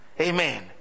Amen